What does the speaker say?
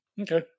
Okay